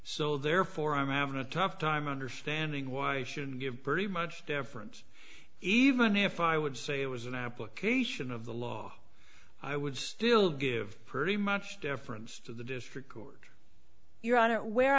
so therefore i'm having a tough time understanding why i should give pretty much difference even if i would say it was an application of the law i would still give pretty much deference to the district court your honor where